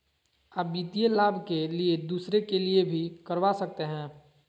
आ वित्तीय लाभ के लिए दूसरे के लिए भी करवा सकते हैं?